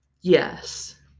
yes